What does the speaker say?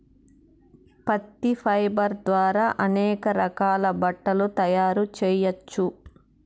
పత్తి ఫైబర్ ద్వారా అనేక రకాల బట్టలు తయారు చేయచ్చు